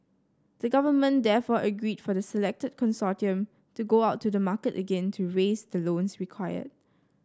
the government therefore agreed for the selected consortium to go out to the market again to raise the loans required